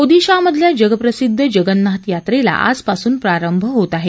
ओदिशामधल्या जगप्रसिद्ध जगन्नाथ यात्रेला आजापासून प्रारंभ होत आहे